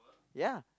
ya